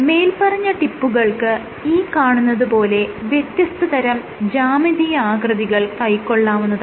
മേല്പറഞ്ഞ ടിപ്പുകൾക്ക് ഈ കാണുന്നത് പോലെ വ്യത്യസ്തതരം ജ്യാമിതീയ ആകൃതികൾ കൈകൊള്ളാവുന്നതാണ്